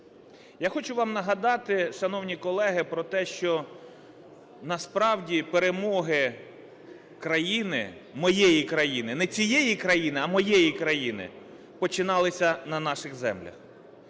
Я хочу вам нагадати, шановні колеги, про те, що насправді перемоги країни, моєї країни, не цієї країни, а моєї країни, починалися на наших землях.